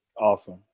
Awesome